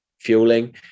fueling